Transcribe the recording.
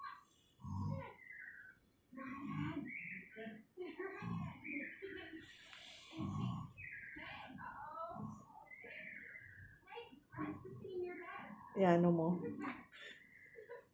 ya no more